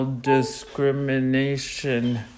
discrimination